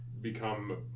become